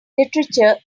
literature